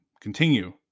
continue